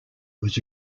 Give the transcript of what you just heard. was